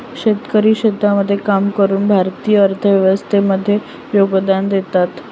शेतकरी शेतामध्ये काम करून भारतीय अर्थव्यवस्थे मध्ये योगदान देतात